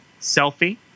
Selfie